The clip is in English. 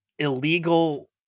illegal